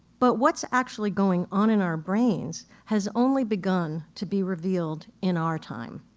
but what's actually going on in our brains has only begun to be revealed in our time.